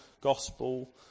gospel